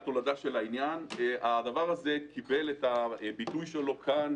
הדבר הזה קיבל ביטוי כאן,